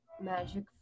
magic